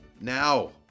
now